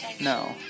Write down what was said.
No